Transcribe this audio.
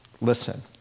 Listen